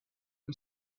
who